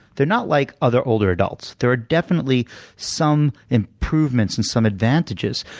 they're not like other older adults there are definitely some improvements and some advantages.